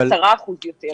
זה 10% יותר.